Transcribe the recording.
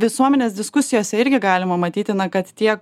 visuomenės diskusijose irgi galima matyti na kad tie